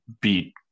beat